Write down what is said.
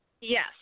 Yes